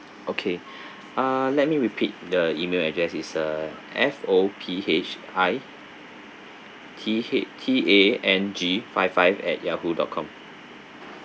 okay err let me repeat the email address is a F O P H I T H T A N G five five at yahoo dot com